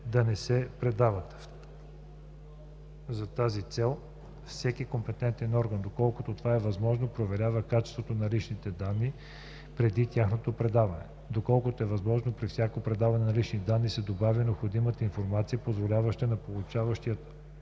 да не се предават. За тази цел всеки компетентен орган, доколкото това е възможно, проверява качеството на личните данни преди тяхното предаване. Доколкото е възможно, при всяко предаване на лични данни се добавя необходимата информация, позволяваща на получаващия